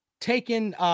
taken –